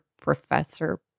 Professor